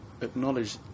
acknowledge